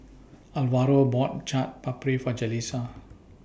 Alvaro bought Chaat Papri For Jalissa